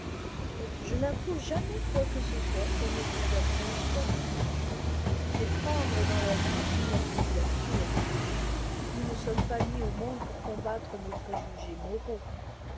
je n'approuve jamais quoi que ce soit et ne désapprouve davantage c'est prendre dans la vie une attitude absurde nous ne sommes pas mis au monde pour combattre nos préjugés moraux